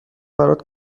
برات